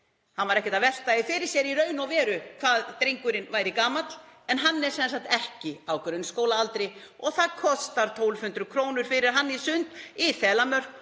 Hann var ekkert að velta því fyrir sér í raun og veru hvað drengurinn væri gamall. Hann er sem sagt ekki á grunnskólaaldri og það kostar 1.200 kr. fyrir hann í sund í Þelamörk